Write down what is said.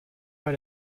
pas